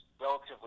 relatively